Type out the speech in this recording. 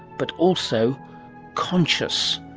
but also conscious.